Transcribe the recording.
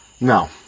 No